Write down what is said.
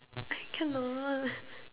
I cannot